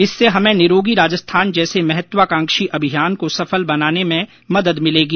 इससे हमें निरोगी राजस्थान जैसे महत्वाकांक्षी अभियान को सफल बनाने में भी मदद मिलेगी